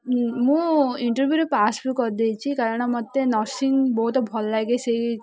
ମୁଁ ଇଣ୍ଟରଭ୍ୟୁରେ ପାସ୍ ବି କରିଦେଇଛି କାରଣ ମୋତେ ନର୍ସିଂ ବହୁତ ଭଲ ଲାଗେ ସେଇ